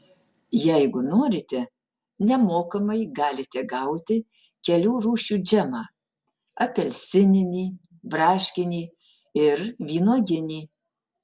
jeigu norite nemokamai galite gauti kelių rūšių džemą apelsininį braškinį ir vynuoginį